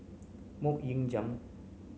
Mok Ying Jang